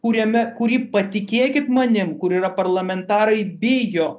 kuriame kurį patikėkit manim kur yra parlamentarai bijo